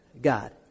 God